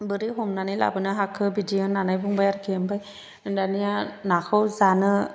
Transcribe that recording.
बोरै हमनानै लाबोनो हाखो बिदि होननानै बुंबाय आरोखि ओमफाय दानिया नाखौ जानो